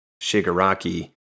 Shigaraki